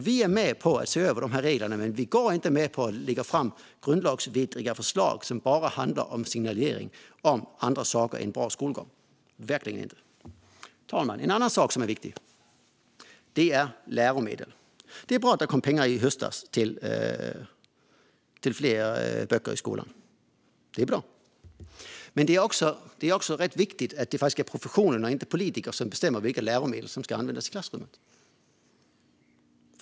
Vi är med på att se över reglerna, men vi går inte med på att lägga fram grundlagsvidriga förslag som bara handlar om signaler om andra saker än bra skolgång - verkligen inte! Herr talman! En annan sak som är viktig är läromedel. Det var bra att det kom pengar i höstas till fler böcker i skolan. Men det är också viktigt att det är professionen och inte politikerna som bestämmer vilka läromedel som ska användas i klassrummet.